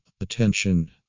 Attention